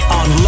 on